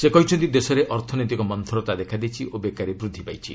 ସେ କହିଛନ୍ତି ଦେଶରେ ଅର୍ଥନୈତିକ ମନ୍ତରତା ଦେଖାଦେଇଛି ଓ ବେକାରୀ ବୃଦ୍ଧି ପାଇଛି